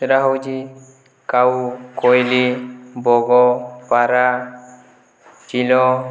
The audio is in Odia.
ସେଇଟା ହେଉଛି କାଉ କୋଇଲି ବଗ ପାରା ଚିଲ